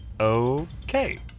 Okay